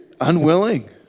unwilling